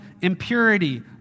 impurity